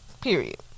Period